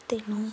ତେଣୁ